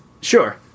Sure